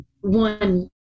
one